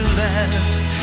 last